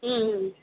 ம் ம் ம்